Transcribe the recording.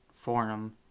forum